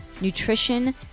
nutrition